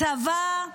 הצבא,